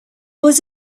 was